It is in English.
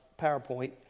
PowerPoint